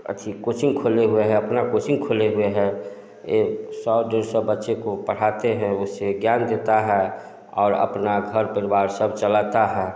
अच्छी कोचिंग खोले हुए हैं अपना कोचिंग खोले हुए हैं ये सौ डेढ़ सौ बच्चे को पढ़ाते हैं उसे ज्ञान देता है और अपना घर परिवार सब चलाता है